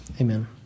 Amen